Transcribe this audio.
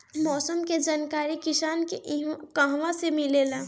मौसम के जानकारी किसान के कहवा से मिलेला?